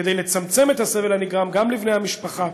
כדי לצמצם את הסבל הנגרם גם לבני המשפחה